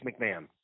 McMahon